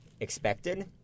expected